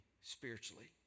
spiritually